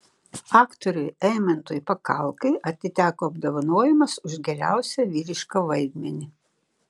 aktoriui eimantui pakalkai atiteko apdovanojimas už geriausią vyrišką vaidmenį